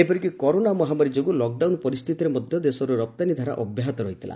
ଏପରିକି କରୋନା ମହାମାରୀ ଯୋଗୁଁ ଲକ୍ଡାଉନ୍ ପରିସ୍ଥିତିରେ ମଧ୍ୟ ଦେଶର ରପ୍ତାନୀ ଧାରା ଅବ୍ୟାହତ ରହିଥିଲା